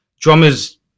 drummers